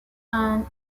and